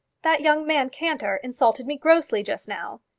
that young man cantor insulted me grossly just now.